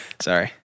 Sorry